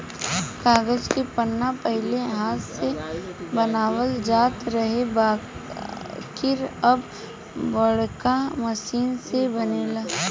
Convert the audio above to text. कागज के पन्ना पहिले हाथ से बनावल जात रहे बाकिर अब बाड़का मशीन से बनेला